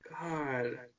God